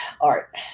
art